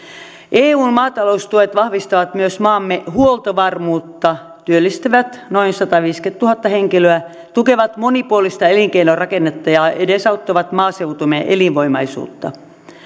eun maataloustuet vahvistavat myös maamme huoltovarmuutta työllistävät noin sataviisikymmentätuhatta henkilöä tukevat monipuolista elinkeinorakennetta ja edesauttavat maaseutumme elinvoimaisuutta